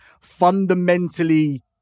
fundamentally